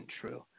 true